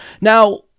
Now